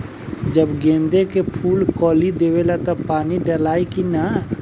जब गेंदे के फुल कली देवेला तब पानी डालाई कि न?